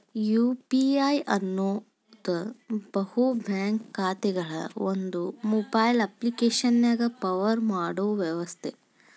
UPI ಅನ್ನೋದ್ ಬಹು bank ಖಾತೆಗಳನ್ನ ಒಂದೇ ಮೊಬೈಲ್ ಅಪ್ಪ್ಲಿಕೆಶನ್ಯಾಗ ಪವರ್ ಮಾಡೋ ವ್ಯವಸ್ಥೆ